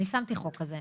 אני שמתי חוק כזה,